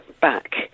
back